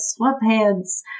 sweatpants